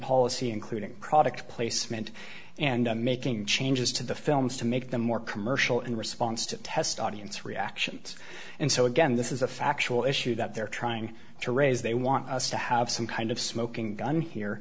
policy including product placement and making changes to the films to make them more commercial in response to test audience reactions and so again this is a factual issue that they're trying to raise they want to have some kind of smoking gun here